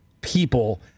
people